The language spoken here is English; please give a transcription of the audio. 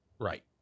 Right